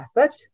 effort